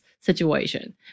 situation